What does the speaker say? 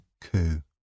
coup